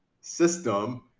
system